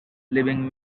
leaving